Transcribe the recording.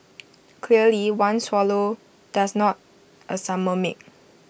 clearly one swallow does not A summer make